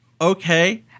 Okay